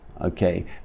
okay